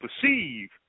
perceive